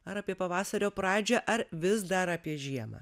ar apie pavasario pradžią ar vis dar apie žiemą